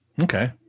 Okay